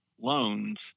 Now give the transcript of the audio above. loans